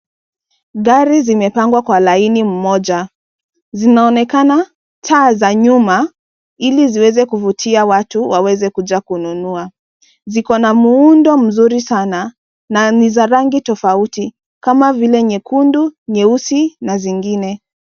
Gari zimepangwa kwa laini moja, zinaonekana taa za nyuma ili ziweze kuvutia watu waweze kuja kununua. Ziko na muundo mzuri sana na ni za rangi tofauti kama vile nyekundu nyeusi na zingine.